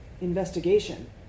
investigation